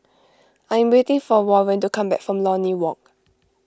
I am waiting for Warren to come back from Lornie Walk